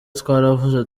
twaravuze